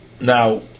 Now